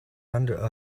under